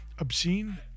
obscene